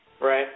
Right